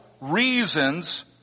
reasons